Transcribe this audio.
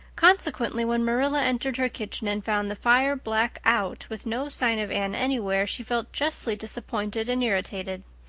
consequently, when marilla entered her kitchen and found the fire black out, with no sign of anne anywhere, she felt justly disappointed and irritated.